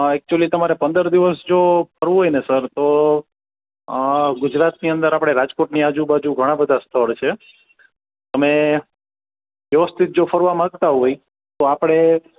actually તમારે પંદર દિવસ જો ફરવું હોયને સર તો ગુજરાતની અંદર આપણે રાજકોટની આજુબાજુ ઘણાં બધાં સ્થળ છે તમે વ્યવસ્થિત જો ફરવા માંગતા હોય તો આપણે